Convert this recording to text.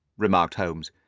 remarked holmes.